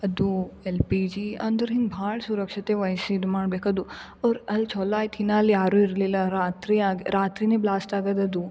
ಅದು L P G ಅಂದ್ರೆ ಹಿಂಗೆ ಭಾಳ ಸುರಕ್ಷತೆ ವಹಿಸಿ ಇದು ಮಾಡಬೇಕದು ಅವ್ರು ಅಲ್ಲಿ ಚಲೋ ಐತ ಇನ್ನ ಅಲ್ಲಿ ಯಾರು ಇರಲಿಲ್ಲ ರಾತ್ರಿ ಆಗಿ ರಾತ್ರಿ ಬ್ಲಾಸ್ಟ್ ಆಗದದು